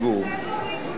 חברת הכנסת אורית זוארץ.